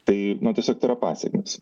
tai na tiesiog tai yra pasekmės